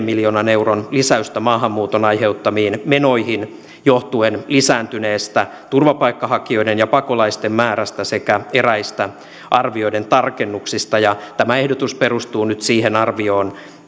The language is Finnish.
miljoonan euron lisäystä maahanmuuton aiheuttamiin menoihin johtuen lisääntyneestä turvapaikanhakijoiden ja pakolaisten määrästä sekä eräistä arvioiden tarkennuksista tämä ehdotus perustuu nyt siihen arvioon